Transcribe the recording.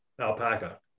alpaca